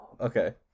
Okay